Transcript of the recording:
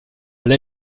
elle